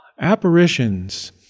Apparitions